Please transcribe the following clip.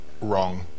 wrong